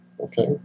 Okay